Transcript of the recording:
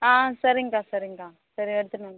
ஆ சரிங்கக்கா சரிங்கக்கா சரி எடுத்துகிட்டு வந்துடுவோம்